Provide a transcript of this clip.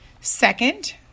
second